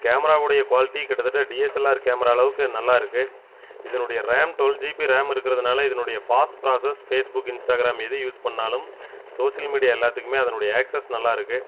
கேமராவுடைய quality கிட்டத்தட்ட DSLR camera அளவுக்கு நல்லா இருக்குது இதனுடைய ரேம் டூவல் ஜிபி ரேம் இருக்கிறதுனால இதனுடைய பாஸ்ட் ப்ராசஸ் பேஸ்புக் இன்ஸ்டாகிராம் எது யூஸ் பண்ணாலும் சோசியல் மீடியா எல்லாத்துக்குமே அதனுடைய ஆக்சஸ் நல்லா இருக்குது